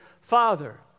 father